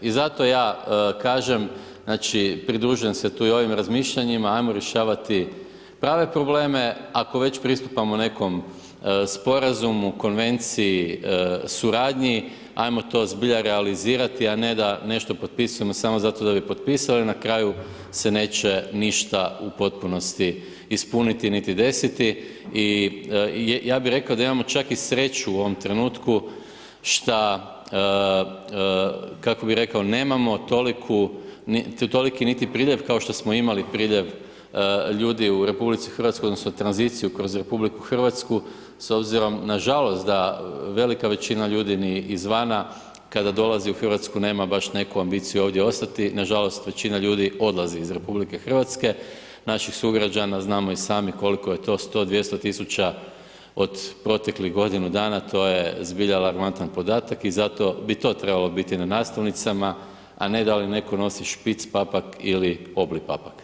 I zato ja kažem, znači pridružujem se tu i ovim razmišljanjima, ajmo rješavati prave probleme, ako već pristupamo nekom sporazumu, konvenciji, suradnji, ajmo to zbilja realizirati a ne da nešto potpisujemo samo zato da bi potpisali, na kraju se neće ništa u potpunosti ispuniti niti desiti i ja bi rekao da imamo čak i sreću u ovom trenutku što kako bi rekao, nemamo toliki niti priljev kao što smo imali priljev ljudi u RH, odnosno tranziciju kroz RH s obzirom, nažalost da velika većina ljudi ni izvana, kada dolazi u Hrvatsku nema baš neku ambiciju ovdje ostati, nažalost većina ljudi odlazi iz RH, naših sugrađana, znamo i sami koliko je to, 100, 200 tisuća od proteklih godinu dana, to je zbilja alarmantan podatak i zato bi to trebalo biti na naslovnicama, a ne da li netko nosi špic papak ili obli papak.